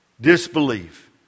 disbelief